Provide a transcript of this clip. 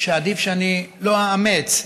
שעדיף שאני לא אאמץ,